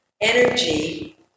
energy